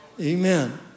Amen